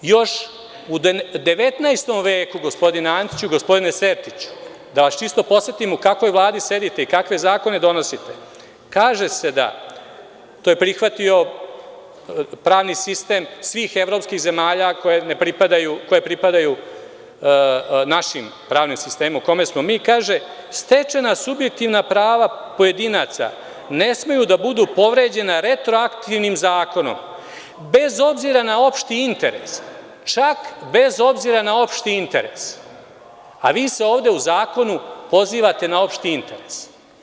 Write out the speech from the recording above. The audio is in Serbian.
Još u 19. veku, gospodine Antiću i gospodine Sertiću, da vas čisto podsetim u kakvoj Vladi sedite i kakve zakone donosite, kaže se da je to prihvatio pravni sistem svih evropskih zemalja koje pripadaju našem pravnom sistemu u kome smo mi kaže – stečena subjektivna prava pojedinaca ne smeju da budu povređena retroaktivnim zakonom, bez obzira na opšti interes, čak bez obzira na opšti interes, a vi se ovde u zakonu pozivate na opšti interes.